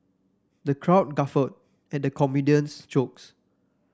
the crowd guffawed at the comedian's jokes